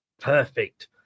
Perfect